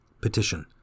Petition